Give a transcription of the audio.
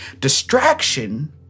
distraction